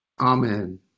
Amen